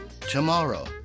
tomorrow